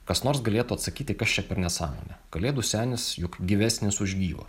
kas nors galėtų atsakyti kas čia per nesąmonė kalėdų senis juk gyvesnis už gyvą